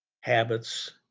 habits